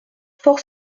fort